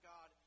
God